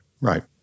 Right